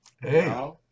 Hey